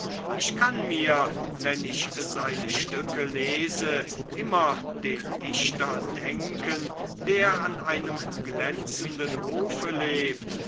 ich kann mir wenn ich seine stücke lese immer den dichter denken der an einem glänzenden hofe lebt